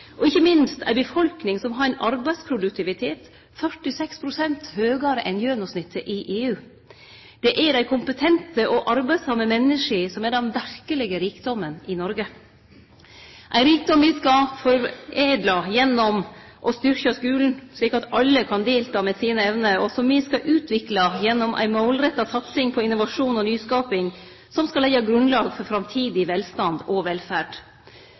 og ikkje minst ei befolkning som har ein arbeidsproduktivitet 46 pst. høgare enn gjennomsnittet i EU. Det er dei kompetente og arbeidsame menneska som er den verkelege rikdomen i Noreg, ein rikdom som me skal foredle gjennom å styrkje skulen slik at alle kan delta med sine evner, og som me skal utvikle gjennom ei målretta satsing på innovasjon og nyskaping, som skal leggje grunnlaget for framtidig velstand og velferd.